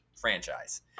franchise